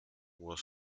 was